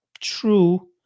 True